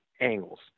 Angles